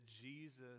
Jesus